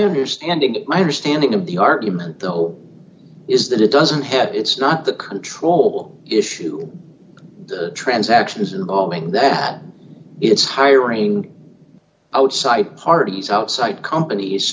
ending my understanding of the argument though is that it doesn't help it's not the control issue transactions involving that it's hiring outside parties outside companies